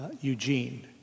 Eugene